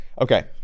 Okay